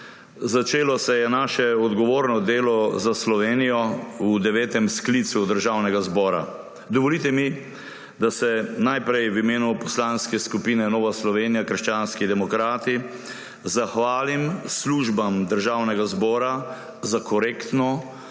Začelo se je naše odgovorno delo za Slovenijo v devetem sklicu Državnega zbora. Dovolite mi, da se najprej v imenu Poslanske skupine Nova Slovenija – krščanski demokrati zahvalim službam Državnega zbora za korektno,